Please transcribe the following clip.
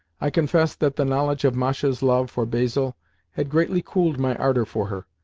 i confess that the knowledge of masha's love for basil had greatly cooled my ardour for her,